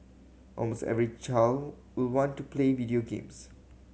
almost every child will want to play video games